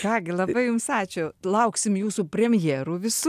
ką gi labai jums ačiū lauksim jūsų premjerų visų